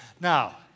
now